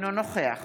אינו נוכח